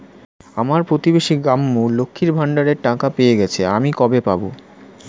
আমার প্রতিবেশী গাঙ্মু, লক্ষ্মীর ভান্ডারের টাকা পেয়ে গেছে, আমি কবে পাব?